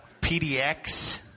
PDX